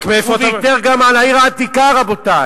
רק מאיפה אתה, הוא ויתר גם על העיר העתיקה, רבותי.